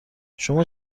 شما